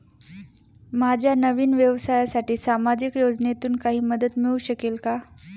माझ्या नवीन व्यवसायासाठी सामाजिक योजनेतून काही मदत मिळू शकेल का?